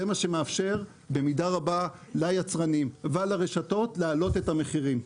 זה מה שמאפשר במידה רבה ליצרנים ולרשתות להעלות את המחירים.